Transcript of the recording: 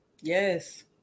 Yes